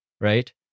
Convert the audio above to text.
right